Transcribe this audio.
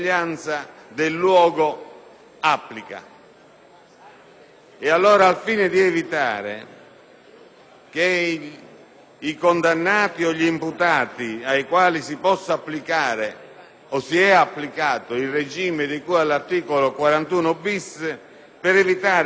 Ed allora, al fine di evitare che i condannati o gli imputati ai quali si possa applicare o si è applicato il regime del 41-*bis* possano scegliersi il luogo di detenzione